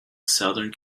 southern